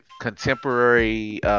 contemporary